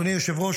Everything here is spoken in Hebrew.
אדוני היושב-ראש,